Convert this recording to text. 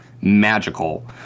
magical